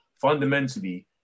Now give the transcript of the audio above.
fundamentally